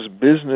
business